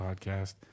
podcast